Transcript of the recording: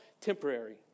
temporary